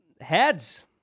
Heads